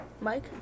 Mike